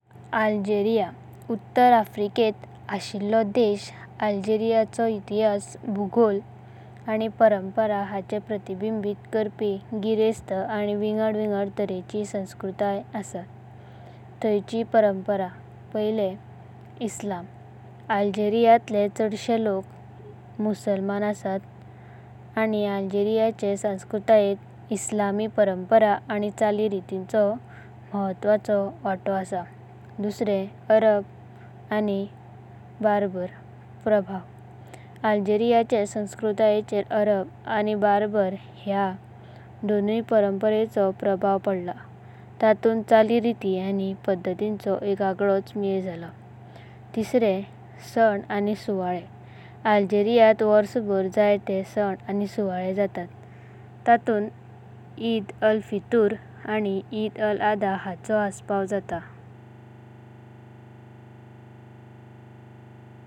Algeria! उत्तरा अफ्रिकेंत आशिल्लो देशा अल्जेरीयाचो इतिहास। भूगोल आनी परंपरा हांचें प्रतिबिंबित करपी गिरस्ता आनी विंगड- विंगड प्रकाराची संस्कृतीयां असा। परंपरा इस्लाम अल्जेरीयाँतलें चडसें लोक मुसलमाना असात। आनी अल्जेरीयाचे संस्कृतीयेंत इस्लामी परंपरा आनी चालीरीतींचो महत्वाचो वांतो असा। अरबा आनी बरबर प्रभाव अल्जेरीयाचे संस्कृतीयेंचेर अरबा। आनी बरबर ह्या दोनूया परंपरांचो प्रभाव पडला, ततुंता चालीरीती आनी पद्धतींचोएक आगळोच मेलो जालो। उत्सव आनी उत्सव अल्जेरीयेंत वार्षाभर खूबा उत्सव आनी उत्सव जातात। ततुंता इद-अल-फित्रा, इद-अल-अधा हां चो आच्छा जात।